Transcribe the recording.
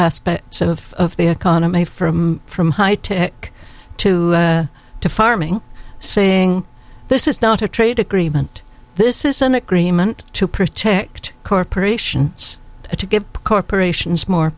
aspects of the economy from from high tech to to farming saying this is not a trade agreement this is an agreement to protect corporations to give corporations more